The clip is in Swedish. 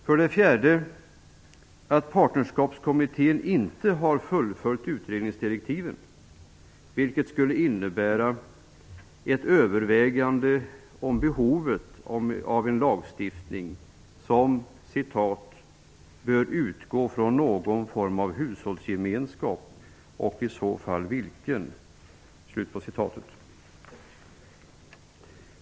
För det fjärde: Partnerskapskommittén har inte fullföljt utredningsdirektiven. De innebar ett övervägande av behovet av en lagstiftning som skulle ''utgå från någon form av hushållsgemenskap och i så fall vilken''.